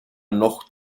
noch